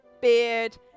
Beard